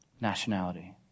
nationality